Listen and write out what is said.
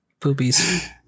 Poopies